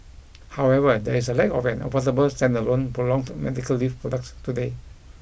however there is a lack of an affordable stand alone prolonged medical leave products today